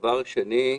דבר שני,